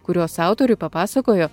kuriuos autoriui papasakojo